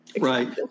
Right